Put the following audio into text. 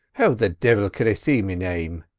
how the divil could i see me name?